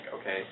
okay